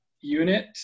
unit